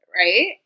right